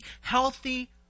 healthy